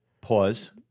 Pause